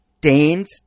Danes